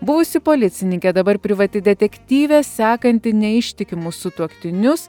buvusi policininkė dabar privati detektyvė sekanti neištikimus sutuoktinius